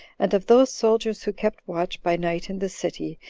and of those soldiers who kept watch by night in the city,